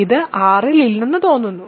ഇത് R ൽ ഇല്ലെന്ന് തോന്നുന്നു